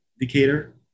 indicator